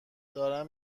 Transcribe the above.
دارم